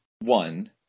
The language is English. one